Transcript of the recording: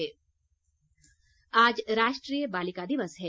बालिका दिवस आज राष्ट्रीय बालिका दिवस है